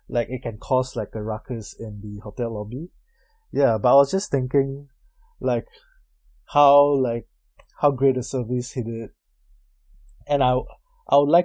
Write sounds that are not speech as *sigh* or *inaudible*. like it can cause like a ruckus in the hotel lobby *breath* ya but I was just thinking like how like how great a service he did and I'll I'll like